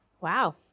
Wow